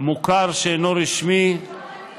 מוכר שאינו רשמי ומוסדות הפטור.